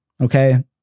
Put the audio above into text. okay